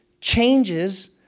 changes